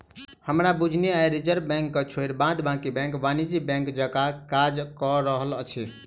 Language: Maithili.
हमरा बुझने आइ रिजर्व बैंक के छोइड़ बाद बाँकी बैंक वाणिज्यिक बैंक जकाँ काज कअ रहल अछि